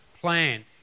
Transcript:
plan